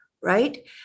Right